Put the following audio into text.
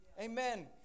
Amen